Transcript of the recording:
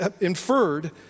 inferred